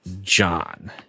John